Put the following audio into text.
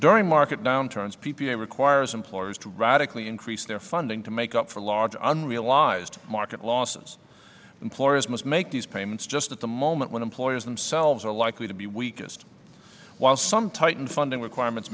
during market downturns p p a requires employers to radically increase their funding to make up for large unrealized market losses employers must make these seems just at the moment when employers themselves are likely to be weakest while some tighten funding requirements